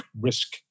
risk